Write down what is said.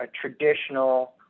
traditional